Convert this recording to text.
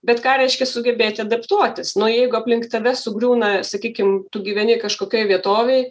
bet ką reiškia sugebėti adaptuotis nu o jeigu aplink tave sugriūna sakykim tu gyveni kažkokioj vietovėj